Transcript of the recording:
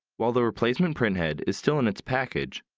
while the replacement printhead is still in its package,